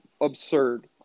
absurd